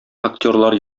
актерлар